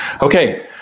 Okay